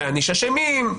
להעניש אשמים,